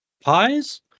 Pies